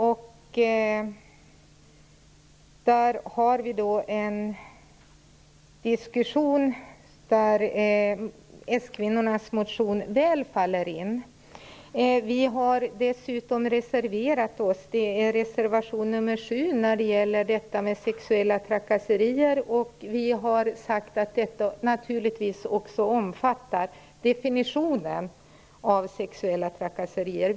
S-kvinnornas motion faller väl in i den argumentation som förs fram i denna reservation. Vi har dessutom fogat reservation 7 till betänkandet som gäller sexuella trakasserier. Vi har sagt att detta naturligtvis också omfattar definitionen av sexuella trakasserier.